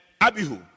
Abihu